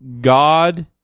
God